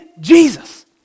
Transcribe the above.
Jesus